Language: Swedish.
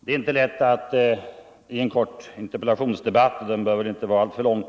Det är inte lätt att i en interpellationsdebatt som väl inte bör vara för lång